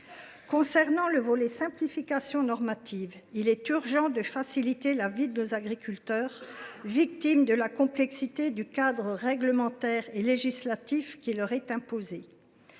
consacré à la simplification normative. Il est urgent de faciliter la vie de nos agriculteurs, victimes de la complexité du cadre réglementaire et législatif qui leur est imposé.